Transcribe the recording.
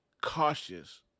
cautious